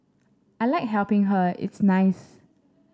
I like helping her it's nice